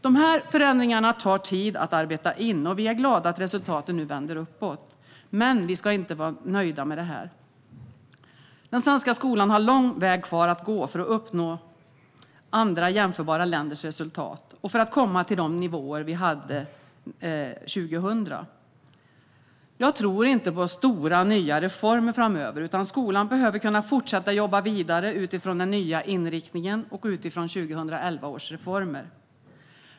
Dessa förändringar tar tid att arbeta in, och vi är glada att resultaten nu vänder uppåt. Men vi ska inte nöja oss med detta. Den svenska skolan har en lång väg kvar att gå för att nå upp till andra jämförbara länders resultat och för att komma till de nivåer vi hade år 2000. Jag tror inte på nya stora reformer framöver, utan skolan behöver kunna fortsätta jobba vidare utifrån den nya inriktningen och utifrån 2011 års reformer.